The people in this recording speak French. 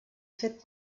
fêtes